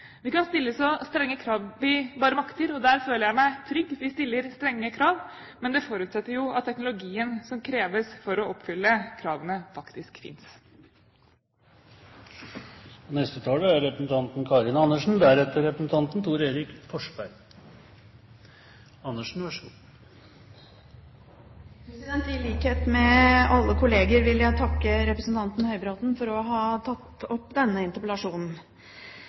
Vi kan stille så strenge krav vi bare makter – og der føler jeg meg trygg, vi stiller strenge krav – men det forutsetter at teknologien som kreves for å oppfylle kravene, faktisk finnes. I likhet med alle kolleger vil jeg takke representanten Høybråten for å ha tatt opp denne interpellasjonen.